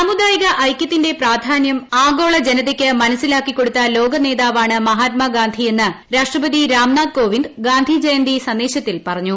സാമുദായിക ഐക്യത്തിന്റെ പ്രാധാന്യം ആഗോള ജനതയ്ക്ക് മനസ്സിലാക്കിക്കൊടുത്ത ലോക നേതാവാണ് മഹാത്മാഗാന്ധി എന്ന് രാഷ്ട്രപതി രാംനാഥ്കോവിന്ദ് ഗാന്ധിജയന്തി സന്ദേശത്തിൽ പറഞ്ഞു